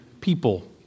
people